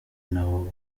nawe